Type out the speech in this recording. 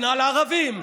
שנאה לערבים,